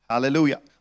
Hallelujah